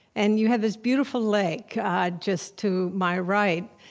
and you have this beautiful lake just to my right,